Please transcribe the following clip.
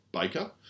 baker